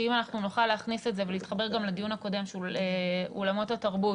שאם אנחנו נוכל להכניס את זה ולהתחבר גם לדיון הקודם על אולמות התרבות